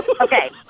Okay